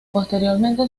posteriormente